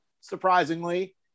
surprisingly